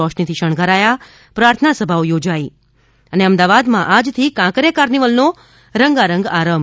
રોશનીથી શણગારાયા પ્રાર્થનાસભાઓ યોજાઇ અમદાવાદમાં આજથી કાંકરિયા કાર્નિવલનો રંગારંગ આરંભ